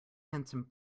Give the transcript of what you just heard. handsome